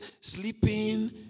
sleeping